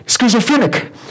schizophrenic